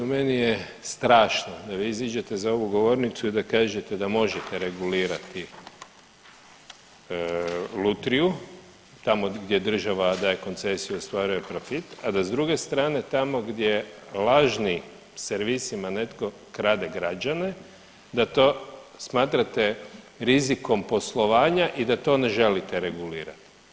Meni je strašno da vi iziđete za ovu govornicu i da kažete da možete regulirati lutriju, tamo gdje država daje koncesiju i ostvaruje profit, a da s druge strane tamo gdje lažni servisima netko krade građane da to smatrate rizikom poslovanja i da to ne želite regulirat.